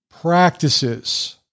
practices